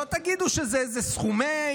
לא תגידו שזה איזה סכומי,